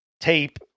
tape